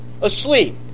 asleep